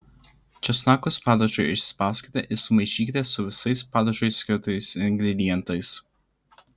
česnakus padažui išspauskite ir sumaišykite su visais padažui skirtais ingredientais